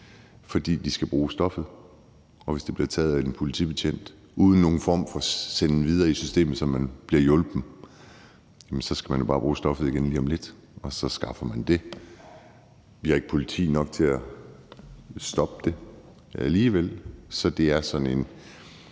fordi de skal bruge stoffet. Og hvis det bliver taget af en politibetjent, uden at de på nogen måde bliver sendt videre i systemet, så de bliver hjulpet, så har de jo bare brug for stoffet kort tid efter, og så skaffer de det. Vi har ikke politi nok til at stoppe det alligevel, så det er en